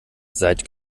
seid